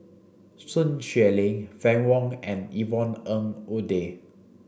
Sun Xueling Fann Wong and Yvonne Ng Uhde